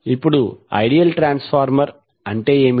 ఇప్పుడు ideal transformer అంటే ఏమిటి